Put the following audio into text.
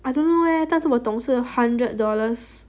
I don't know leh 但是我懂是 hundred dollars